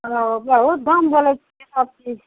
ओ बहुत दाम बोलय छियै सब चीज